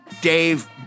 Dave